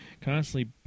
constantly